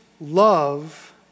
love